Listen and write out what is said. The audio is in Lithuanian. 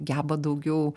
geba daugiau